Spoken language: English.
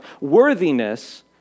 worthiness